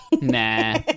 Nah